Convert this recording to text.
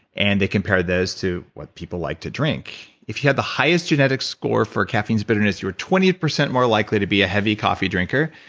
and they compared those to what people like to drink if you had the highest genetic score for caffeine's bitterness you were twenty percent more likely to be a heavy coffee drinkers,